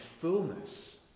fullness